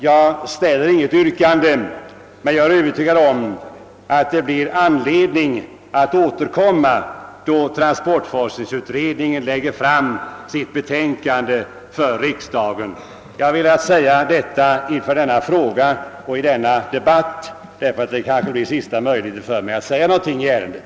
Jag ställer inget yrkande, men jag är övertygad om att det blir anledning att återkomma då transportforskningsutredningen lägger fram sitt betänkande inför riksdagen. Jag har i dag velat säga detta beträffande denna fråga, därför att det kanske blir sista möjligheten för mig att säga någonting i ärendet.